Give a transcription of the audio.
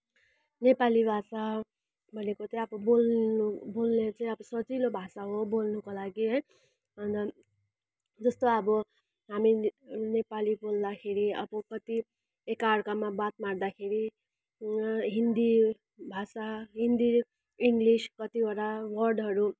नेपाली भाषा भनेको चाहिँ अब बोल्नु बोल्न चाहिँ अब सजिलो भाषा हो बोल्नको लागि है अन्त जस्तो अब हामी ने नेपाली बोल्दाखेरि अब कति एकाअर्कामा बात मार्दाखेरि हिन्दी भाषा हिन्दी इङ्लिस कतिवटा वर्डहरू